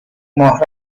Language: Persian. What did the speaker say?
ماه